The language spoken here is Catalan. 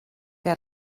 que